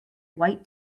white